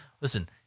listen